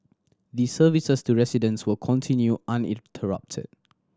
the services to residents will continue uninterrupted